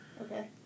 Okay